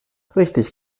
richtig